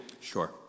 sure